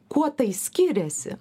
kuo tai skiriasi